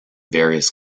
various